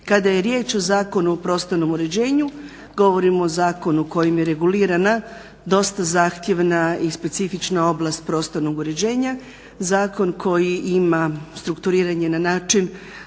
Kada je riječ o Zakonu o prostornom uređenju, govorimo o zakonu kojim je regulirana dosta zahtjevna i specifična oblast prostornog uređenja, zakon koji ima strukturiran je na način